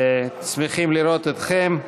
שמחים לראות אתכם.